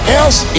else